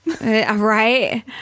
Right